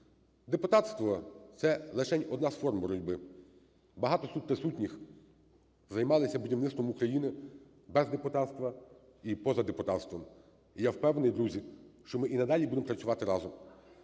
Депутатство – це лишень одна з форм боротьби. Багато тут присутніх займалися будівництвом України без депутатства і поза депутатством. І я впевнений, друзі, що ми і надалі будемо працювати разом